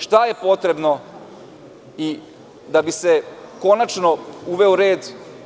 Šta je potrebno da bi se konačno uveo red?